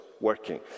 working